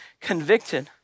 convicted